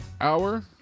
hour